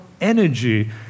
energy